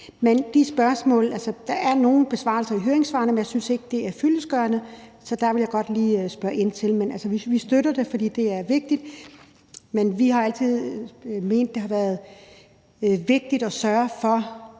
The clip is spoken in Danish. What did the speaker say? op og sådan noget. Der er nogle besvarelser i høringssvarene, men jeg synes ikke, at det er fyldestgørende. Så det vil jeg godt lige spørge ind til. Men altså, vi støtter det, for det er vigtigt. Men vi har altid ment, at det har været vigtigt at sørge for